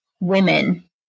women